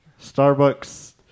Starbucks